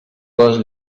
gos